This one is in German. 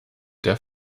der